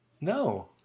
No